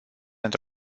într